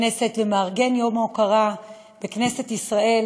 בכנסת ומארגן יום ההוקרה בכנסת ישראל,